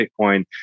Bitcoin